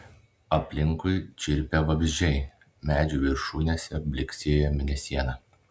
aplinkui čirpė vabzdžiai medžių viršūnėse blyksėjo mėnesiena